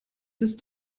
ist